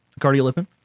cardiolipin